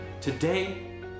Today